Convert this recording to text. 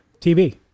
TV